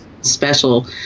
special